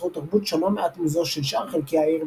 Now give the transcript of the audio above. יצרו תרבות שונה מעט מזו של שאר חלקי העיר,